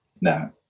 No